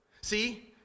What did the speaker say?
See